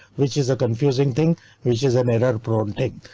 which is a confusing thing which is i mean an error prone and tick.